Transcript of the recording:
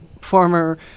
Former